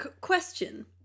Question